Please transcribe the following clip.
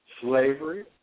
slavery